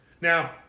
now